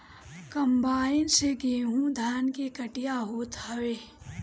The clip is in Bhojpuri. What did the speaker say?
कम्बाइन से गेंहू धान के कटिया होत हवे